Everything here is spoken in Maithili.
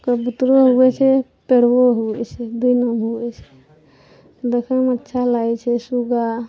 कबुत्तरो होइ छै पड़बो होइ छै दुन्नू होइ छै देखैमे अच्छा लागै छै सूगा